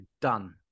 done